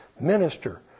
minister